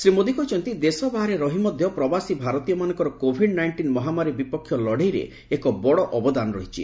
ଶ୍ରୀ ମୋଦୀ କହିଛନ୍ତି ଦେଶ ବାହାରେ ରହି ମଧ୍ୟ ପ୍ରବାସୀ ଭାରତୀୟମାନଙ୍କର କୋଭିଡ୍ ନାଇଷ୍ଟିନ୍ ମହାମାରୀ ବିପକ୍ଷ ଲଢ଼େଇରେ ଏକ ବଡ଼ ଅବଦାନ ରହିଛି